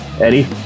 Eddie